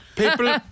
People